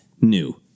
new